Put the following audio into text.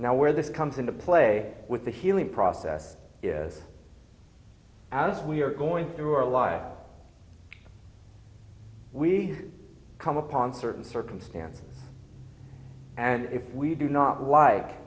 now where this comes into play with the healing process is out as we are going through our life we come upon certain circumstance and if we do not like